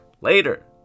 later